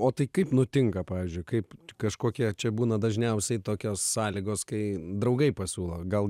o tai kaip nutinka pavyzdžiui kaip kažkokie čia būna dažniausiai tokios sąlygos kai draugai pasiūlo gal